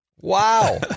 Wow